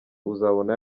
uzabona